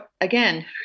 again